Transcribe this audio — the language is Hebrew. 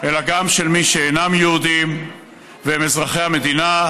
אלא גם של מי שהם אינם יהודים והם אזרחי המדינה,